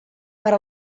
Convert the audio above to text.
per